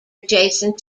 adjacent